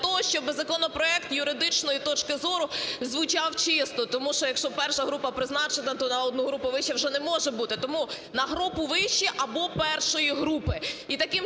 тому що якщо І група призначена, то на одну групу вище вже не може бути, тому "на групу вище або І групи".